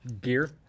Gear